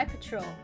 Patrol